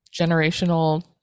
Generational